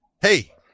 hey